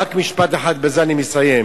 רק משפט אחד, ובזה אני מסיים.